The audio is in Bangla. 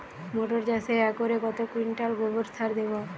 মটর চাষে একরে কত কুইন্টাল গোবরসার দেবো?